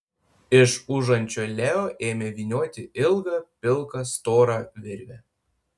iš užančio leo ėmė vynioti ilgą pilką storą virvę